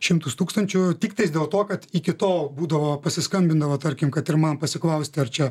šimtus tūkstančių tiktais dėl to kad iki tol būdavo pasiskambindavo tarkim kad ir man pasiklausti ar čia